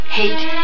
hate